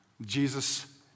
Jesus